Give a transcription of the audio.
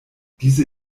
diese